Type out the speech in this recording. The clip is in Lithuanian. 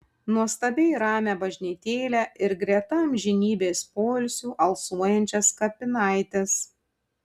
nuostabiai ramią bažnytėlę ir greta amžinybės poilsiu alsuojančias kapinaites